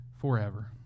forever